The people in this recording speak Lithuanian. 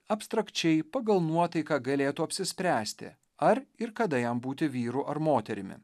abstrakčiai pagal nuotaiką galėtų apsispręsti ar ir kada jam būti vyru ar moterimi